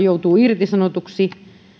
joutuu irtisanotuksi